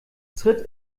tritt